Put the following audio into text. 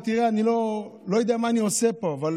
תראה, אני לא יודע מה אני עושה פה, אבל